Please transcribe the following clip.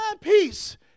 peace